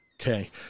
Okay